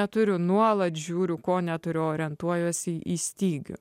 neturiu nuolat žiūriu ko neturiu orientuojuosi į stygių